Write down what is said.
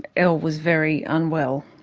elle was very unwell,